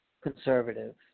conservative